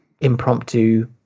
impromptu